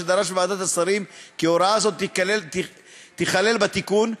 שדרש בוועדת השרים כי הוראה זו תיכלל בתיקון,